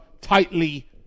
tightly